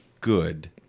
good